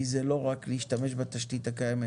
הרבה סיב כי זה לא רק להשתמש בתשתית הקיימת,